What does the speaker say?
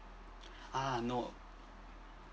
ah no